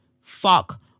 Fuck